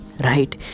right